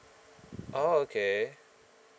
oh okay